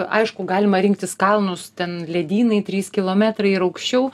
aišku galima rinktis kalnus ten ledynai trys kilometrai ir aukščiau